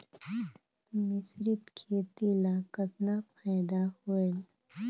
मिश्रीत खेती ल कतना फायदा होयल?